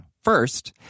First